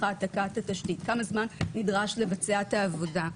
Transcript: העתקת התשתית כמה זמן נדרש לבצע את העבודה.